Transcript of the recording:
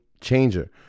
changer